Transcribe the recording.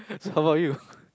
so how about you